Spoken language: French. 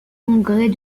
congrès